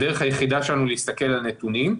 הדרך היחידה שלנו להסתכל על נתונים,